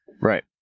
right